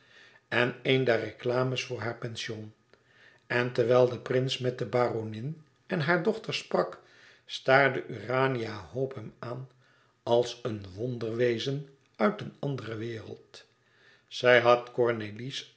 en een der reclames voor haar pension en terwijl de prins met de baronin en hare dochter sprak staarde urania hope hem aan als een wonderwezen uit een andere wereld zij had cornélie's